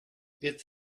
its